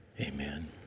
Amen